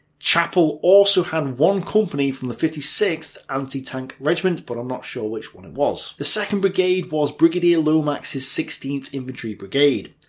chappel also had one company from fifty sixth anti-tank regiment but i'm not sure which one it was. the second brigade was brigadier lomax's sixteenth infantry brigade.